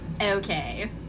Okay